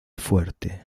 fuerte